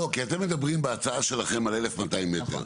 לא, כי אתם מדברים בהצעה שלכם על 1,200 מטר.